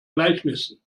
gleichnissen